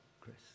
Chris